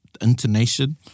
intonation